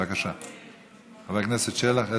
בבקשה, חבר הכנסת שלח.